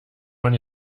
man